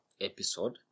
episode